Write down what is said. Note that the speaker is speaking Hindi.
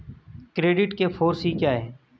क्रेडिट के फॉर सी क्या हैं?